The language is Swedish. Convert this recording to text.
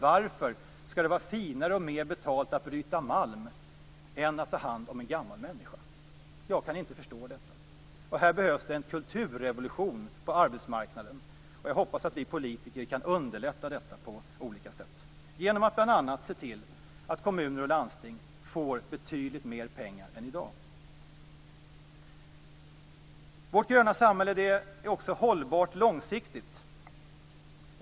Varför skall det vara finare och mer betalt att bryta malm än att ta hand om en gammal människa? Jag kan inte förstå detta. Här behövs en kulturrevolution på arbetsmarknaden, och jag hoppas att vi politiker kan underlätta en sådan på olika sätt, bl.a. genom att se till att kommuner och landsting får betydligt mer pengar än i dag. Vårt gröna samhälle är också hållbart långsiktigt.